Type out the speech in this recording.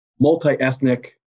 multi-ethnic